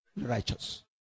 Righteous